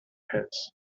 pits